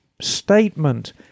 statement